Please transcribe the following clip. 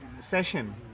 session